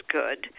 good